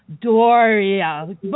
Doria